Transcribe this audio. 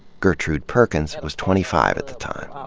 gertrude perkins was twenty-five at the time.